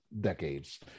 decades